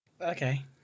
Okay